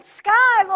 sky